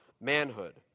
manhood